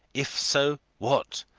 if so, what?